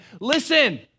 listen